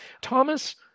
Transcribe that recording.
Thomas